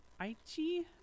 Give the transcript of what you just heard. Aichi